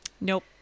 Nope